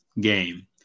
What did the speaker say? game